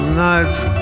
night's